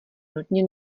nutně